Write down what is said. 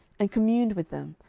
and communed with them,